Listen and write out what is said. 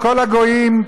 כל הגויים,